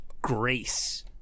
grace